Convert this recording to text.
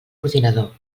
ordinador